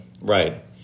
Right